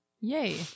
yay